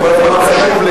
אני כל הזמן מקשיב להערותיך.